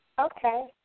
Okay